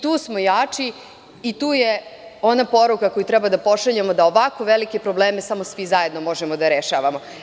Tu smo jači i tu je ona poruka koju treba da pošaljemo, da ovako velike probleme samo svi zajedno možemo da rešavamo.